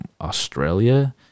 australia